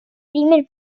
primer